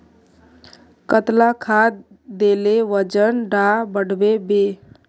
कतला खाद देले वजन डा बढ़बे बे?